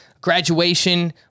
graduation